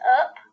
up